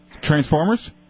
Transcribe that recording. Transformers